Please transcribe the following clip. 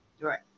Right